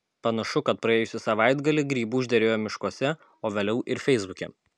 panašu kad praėjusį savaitgalį grybų užderėjo miškuose o vėliau ir feisbuke